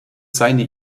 seine